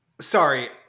sorry